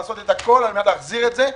לעשות הכול כדי להחזיר את זה,